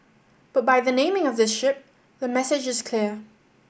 but by the naming of this ship the message is clear